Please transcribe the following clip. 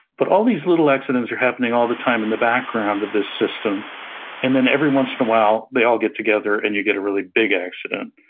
but all these little accidents are happening all the time in the background of this system and then every once in a while they all get together and you get a really big accident,